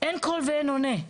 אין קול ואין עונה.